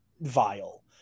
vile